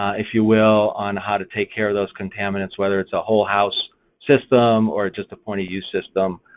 if you will, on how to take care of those contaminants, whether it's a whole house system or just a point of use system,